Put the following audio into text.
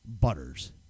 Butters